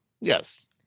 yes